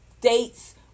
dates